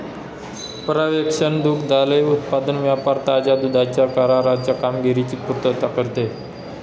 पर्यवेक्षण दुग्धालय उत्पादन व्यापार ताज्या दुधाच्या कराराच्या कामगिरीची पुर्तता करते